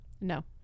no